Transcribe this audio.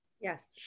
yes